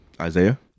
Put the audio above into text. Isaiah